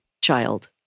child